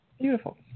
Beautiful